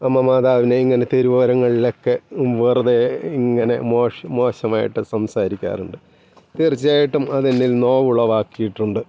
അമ്മ മാതാവിനെ ഇങ്ങനെ തെരുവോരങ്ങളിലൊക്കെ വെറുതെ ഇങ്ങനെ മോശ മോശമായിട്ട് സംസാരിക്കാറുണ്ട് തീർച്ചയായിട്ടും അതെന്നിൽ നോവുളവാക്കിട്ടുണ്ട്